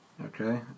Okay